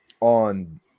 on